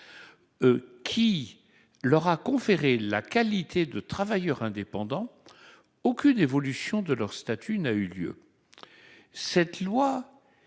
Qui leur a conféré la qualité de travailleur indépendant. Aucune évolution de leur statut n'a eu lieu. Cette loi.